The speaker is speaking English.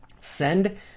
send